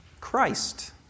Christ